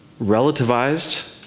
relativized